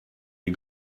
les